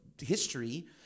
history